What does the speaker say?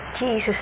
Jesus